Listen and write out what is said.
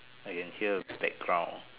I can hear the background